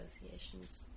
Association's